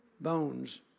bones